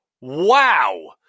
Wow